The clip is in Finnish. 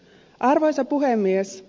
arvoisa puhemies